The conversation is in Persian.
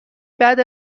بعد